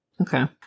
Okay